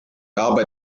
arbeit